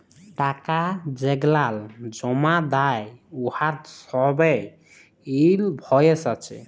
টাকা যেগলাল জমা দ্যায় উয়ার ছবই ইলভয়েস আছে